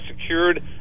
secured